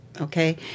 Okay